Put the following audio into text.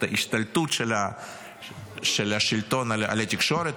את ההשתלטות של השלטון על התקשורת,